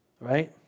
right